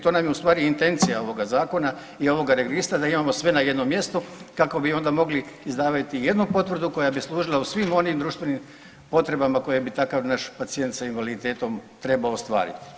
To nam je ustvari intencija ovoga Zakona i ovoga Registra, da imamo sve na jednom mjestu kako bi onda mogli izdavati jednu potvrdu koja bi služila u svim onim društvenim potrebama koje bi takav naš pacijent sa invaliditetom trebao ostvariti.